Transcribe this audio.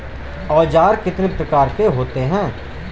औज़ार कितने प्रकार के होते हैं?